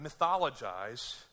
mythologize